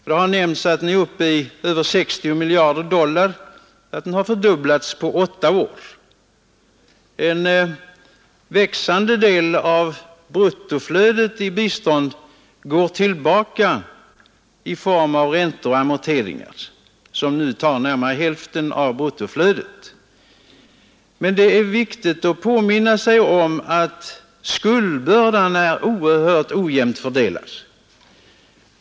Det har nämnts att den är uppe i över 60 miljarder dollar och att den har fördubblats på åtta år. En växande del, cirka hälften, av bruttoflödet i bistånd går tillbaka i form av räntor och amorteringar. Det är dock viktigt att påminna sig att skuldbördan är oerhört ojämnt fördelad.